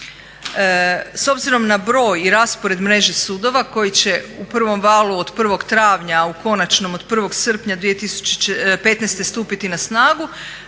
S obzirom na broj i raspored mreže sudova koji će u prvom valu od 1. travnja u konačnom od 1. srpnja 2015. stupiti na snagu